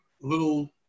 little